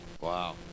Wow